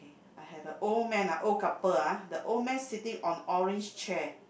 I have a old man ah old couple ah the old man sitting on orange chair